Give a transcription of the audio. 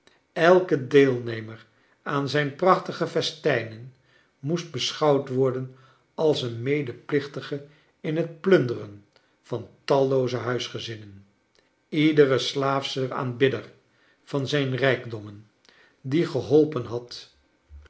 elke deelnemer aan zijn prachtige festijnen moest beschouwcfcworden als een medeplichtige in het plunderen van tallooze huisgezinnen iedere slaafsche aanbidder van zrjn rijkdommen die geholpen had